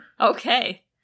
Okay